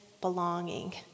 belonging